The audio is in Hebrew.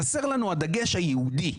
חסר לנו הדגש היהודי.